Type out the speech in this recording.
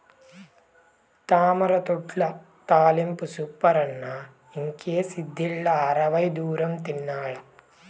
తామరతూడ్ల తాలింపు సూపరన్న ఇంకేసిదిలా అరవై దూరం తినాల్ల